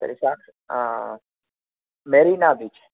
तर्हि साक् मरीना बीच्